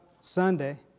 Sunday